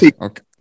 Okay